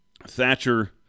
Thatcher